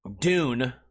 Dune